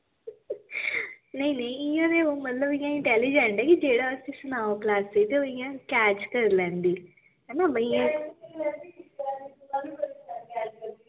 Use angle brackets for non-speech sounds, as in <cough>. नेईं नेईं इ'यां ते ओह् मतलब इ'यां इंटेलीजेंट ऐ कि जेह्ड़ा उसी सनाओ क्लासै ते ओह् इ'यां कैच करी लैंदी है ना <unintelligible>